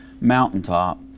mountaintop